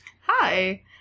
Hi